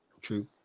true